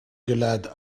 glad